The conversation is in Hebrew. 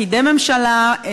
פקידי ממשלה,